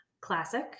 Classic